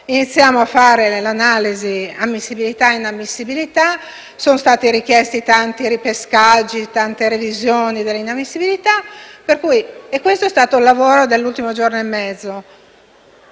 iniziare a fare un'analisi delle ammissibilità e delle inammissibilità. Sono stati richiesti tanti ripescaggi, tante revisioni delle inammissibilità e questo è stato il lavoro dell'ultimo giorno e mezzo.